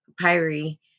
papyri